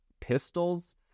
pistols